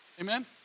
amen